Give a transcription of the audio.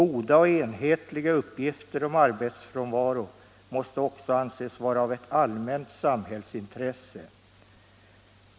Goda och enhetliga uppgifter om arbetsfrånvaro måste också anses vara av ett allmänt samhällsintresse.